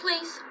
please